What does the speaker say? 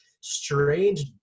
strange